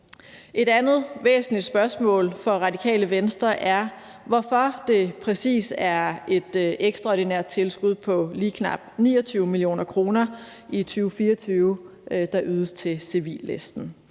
Det andet væsentlige spørgsmål for Radikale Venstre er, hvorfor det præcis er et ekstraordinært tilskud på lige knap 29 mio. kr. i 2024, der ydes til civillisten.